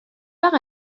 part